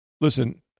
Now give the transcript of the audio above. listen